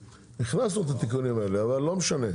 הכנסנו את התיקונים האלה, אבל לא משנה.